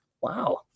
Wow